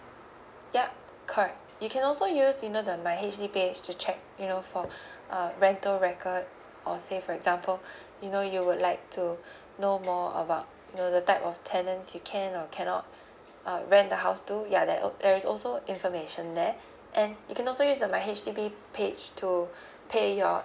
ya correct you can also use you know the my H_D~ page to check you know for uh rental record or say for example you know you would like to know more about you know the type of tenants you can or cannot uh rent the house to ya that uh there is also information there and you can also use the my H_D_B page to pay your